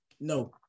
No